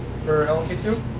for l m p two?